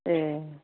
ए